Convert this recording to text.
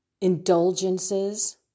indulgences